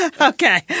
Okay